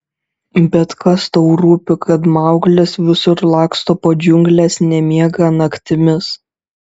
bet kas tau rūpi kad mauglis visur laksto po džiungles nemiega naktimis